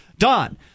Don